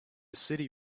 city